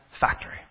factory